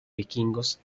vikingos